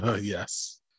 Yes